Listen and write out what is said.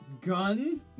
gun